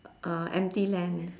uh empty land